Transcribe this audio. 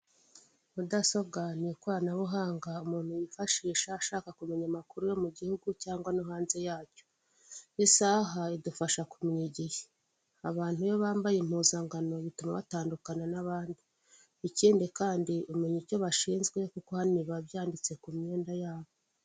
Mudasobwa ni ikoranabuhanga umuntu yifashisha ashaka kumenya amakuru yo mu gihugu cyangwa no hanze yacyo. Isaha idufasha kumenya igihe. Abantu iyo bambaye impuzangano bituma batandukana n'abandi. Ikindi kandi umenya icyo bashinzwe kuko hano biba byanditse ku myenda yabo.